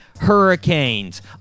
hurricanes